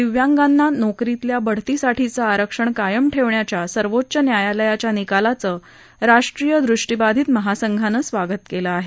दिव्यांगांना नोकरीतल्या बढतीसाठीचं आरक्षण कायम ठेवण्याच्या सर्वोच्च न्यायालयाच्या निकालाचं राष्ट्रीय दृष्टीबाधित महासंघानं स्वागत केलं आहे